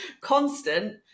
constant